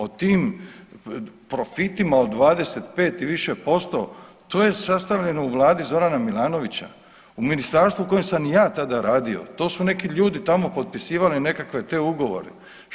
O tim profitima od 25 i više posto, to je sastavljeno u Vladi Zorana Milanovića u ministarstvu u kojem sam i ja tada radio, to su neki ljudi tamo potpisivali nekakve te ugovore.